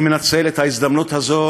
אני מנצל את ההזדמנות הזאת,